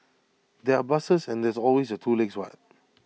there are buses and there's always your two legs what